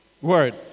word